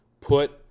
put